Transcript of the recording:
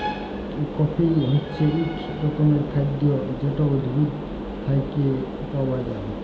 coffee হছে ইক রকমের খাইদ্য যেট উদ্ভিদ থ্যাইকে পাউয়া যায়